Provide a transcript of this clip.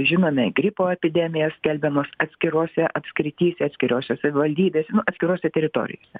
žinome gripo epidemijas skelbiamos atskirose apskrityse atskiriose savivaldybėse atskirose teritorijose